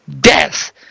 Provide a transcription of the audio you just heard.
death